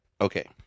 okay